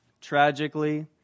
tragically